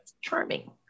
charming